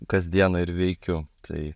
kasdieną ir veikiu tai